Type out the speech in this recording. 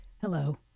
hello